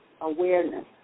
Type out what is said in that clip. awareness